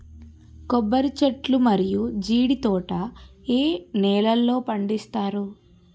కొబ్బరి చెట్లు మరియు జీడీ తోట ఏ నేలల్లో పండిస్తారు?